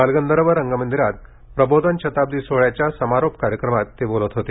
बालगंधर्व रंगमंदीरात प्रबोधन शताब्दी सोहोळ्याच्या समारोप कार्यक्रमात ते बोलत होते